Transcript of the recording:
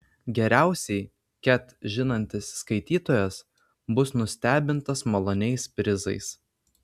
geriausiai ket žinantis skaitytojas bus nustebintas maloniais prizais